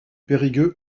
périgueux